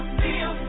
feel